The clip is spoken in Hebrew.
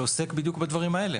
שעוסק בדיוק בדברים האלה.